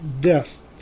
death